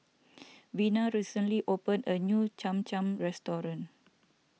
Vina recently opened a new Cham Cham restaurant